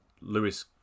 Lewis